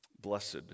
Blessed